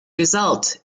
result